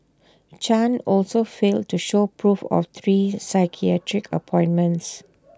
chan also failed to show proof of three psychiatric appointments